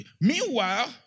meanwhile